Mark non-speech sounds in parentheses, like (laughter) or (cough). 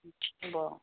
(unintelligible)